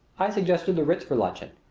i suggested the ritz for luncheon.